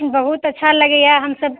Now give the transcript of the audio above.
बहुत अच्छा लगैया हमसब